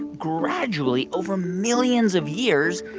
gradually, over millions of years,